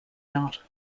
not